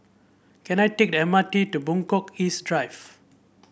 can I take the M R T to Buangkok East Drive